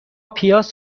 پیاز